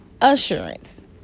assurance